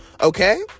Okay